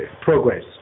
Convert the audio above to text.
progress